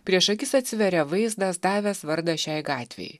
prieš akis atsiveria vaizdas davęs vardą šiai gatvei